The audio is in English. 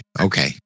Okay